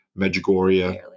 Medjugorje